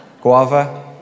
Guava